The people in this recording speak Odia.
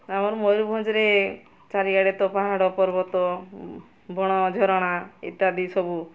ଆମର ମୟୂରଭଞ୍ଜରେ ଚାରିଆଡ଼େ ତ ପାହାଡ଼ ପର୍ବତ ବଣ ଝରଣା ଇତ୍ୟାଦି ସବୁ